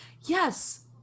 yes